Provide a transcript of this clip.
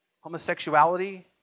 homosexuality